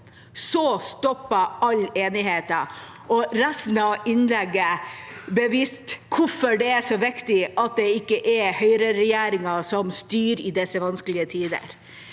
Så stoppet all enighet. Resten av innlegget beviste hvorfor det er så viktig at det ikke er høyreregjeringen som styrer i disse vanskelige tider,